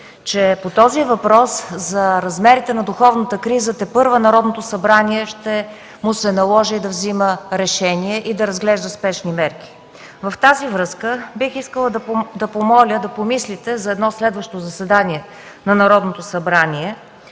министри, че за размерите на духовната криза на новото събрание тепърва ще му се наложи да взема решение и да разглежда спешни мерки. В тази връзка бих искала да помоля да помислите на едно следващо заседание на Народното събрание